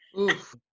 Oof